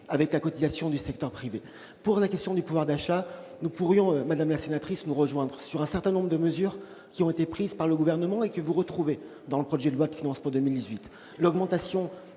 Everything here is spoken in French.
avec la cotisation du secteur privé. J'en viens à la question du pouvoir d'achat. Nous pourrions, madame la sénatrice, nous rejoindre sur un certain nombre de mesures qui ont été prises par le Gouvernement et que vous retrouvez dans le projet de loi de finances pour 2018 : l'augmentation